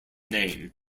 name